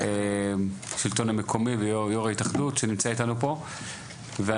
השלטון המקומי ויו"ר ההתאחדות שנמצא אתנו ואנחנו